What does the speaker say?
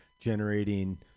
generating